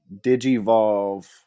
digivolve